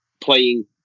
playing